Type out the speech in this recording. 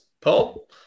Paul